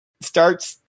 starts